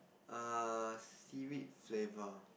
err seaweed flavour